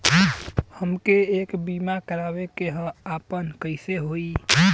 हमके एक बीमा करावे के ह आपन कईसे होई?